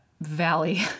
valley